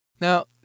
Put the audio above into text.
Now